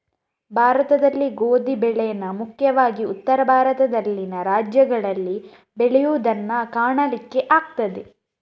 ಭಾರತದಲ್ಲಿ ಗೋಧಿ ಬೆಳೇನ ಮುಖ್ಯವಾಗಿ ಉತ್ತರ ಭಾರತದಲ್ಲಿನ ರಾಜ್ಯಗಳಲ್ಲಿ ಬೆಳೆಯುದನ್ನ ಕಾಣಲಿಕ್ಕೆ ಆಗ್ತದೆ